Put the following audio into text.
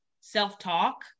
self-talk